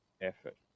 effort